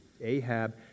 Ahab